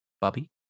Bobby